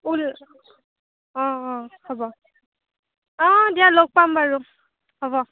ওল অঁ অঁ হ'ব অঁ দিয়া লগ পাম বাৰু হ'ব